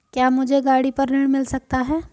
क्या मुझे गाड़ी पर ऋण मिल सकता है?